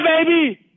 baby